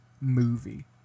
movie